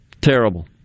terrible